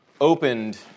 opened